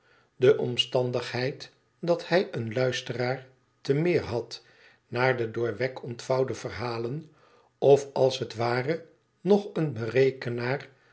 de omstandigheid dat hij een luisteraar te meer had naar de door wegg ontvouwde verhalen of als het ware nog een berekenaar